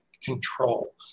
control